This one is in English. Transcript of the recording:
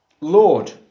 Lord